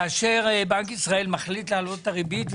כאשר בנק ישראל מחליט להעלות את הריבית,